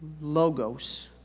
Logos